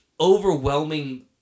overwhelming